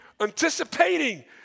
anticipating